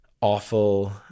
awful